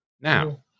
Now